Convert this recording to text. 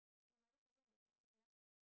the mother father in the bench lah